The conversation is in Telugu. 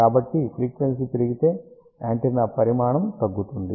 కాబట్టి ఫ్రీక్వెన్సీ పెరిగితే యాంటెన్నా పరిమాణం తగ్గుతుంది